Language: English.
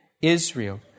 Israel